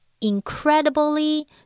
Incredibly